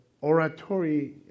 oratory